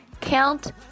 Count